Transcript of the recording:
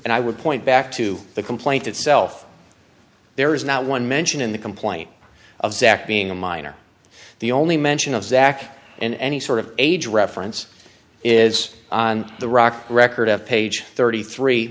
and i would point back to the complaint itself there is not one mention in the complaint of zack being a minor the only mention of zach and any sort of age reference is on the rock record of page thirty three